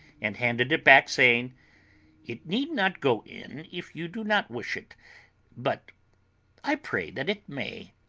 and handed it back, saying it need not go in if you do not wish it but i pray that it may.